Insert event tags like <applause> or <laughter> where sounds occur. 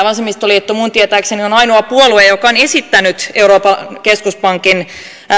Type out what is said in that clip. <unintelligible> vasemmistoliitto minun tietääkseni on ainoa puolue joka on esittänyt euroopan keskuspankin